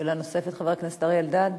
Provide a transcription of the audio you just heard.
שאלה נוספת, חבר הכנסת אריה אלדד?